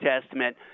Testament